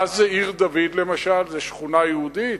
מה זה עיר-דוד, למשל, זאת שכונה יהודית?